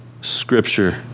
Scripture